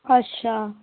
अच्छा